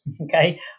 okay